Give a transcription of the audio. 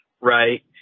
right